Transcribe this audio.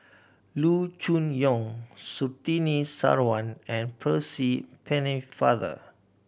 Loo Choon Yong Surtini Sarwan and Percy Pennefather